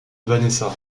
vanessa